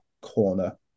corner